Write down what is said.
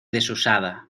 desusada